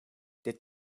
dit